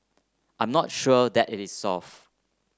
I'm not sure that it is solved